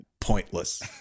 pointless